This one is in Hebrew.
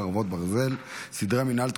חרבות ברזל) (סדרי מינהל,